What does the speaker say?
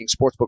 Sportsbook